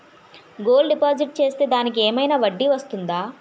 Gold deposit చేస్తే దానికి ఏమైనా వడ్డీ వస్తుందా?